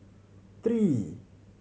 three